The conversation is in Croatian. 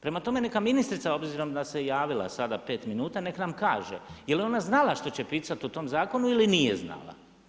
Prema tome neka ministrica obzirom da se javila sada 5 minuta neka nam kaže, je li ona znala što će pisati u tom zakonu ili nije znala.